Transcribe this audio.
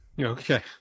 Okay